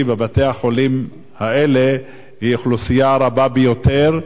בבתי-החולים האלה היא אוכלוסייה רבה ביותר,